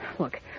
Look